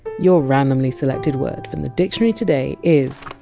your randomly selected word from the dictionary today is!